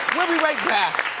we'll be right back.